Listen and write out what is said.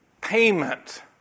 payment